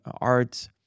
art